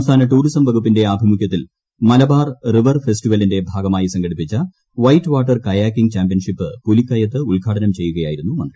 സംസ്ഥാന ടൂറിസം വകുപ്പിന്റെ ആഭിമുഖ്യത്തിൽ മലബാർ റിവർ ഫെസ്റ്റിവലിന്റെ ഭാഗമായി സംഘടിപ്പിച്ച വൈറ്റ് വാട്ടർ കയാക്കിംഗ് ചാമ്പ്യൻഷിപ്പ് പുലിക്കയത്ത് ഉദ്ഘാടനം ചെയ്യുകയായിരുന്നു മന്ത്രി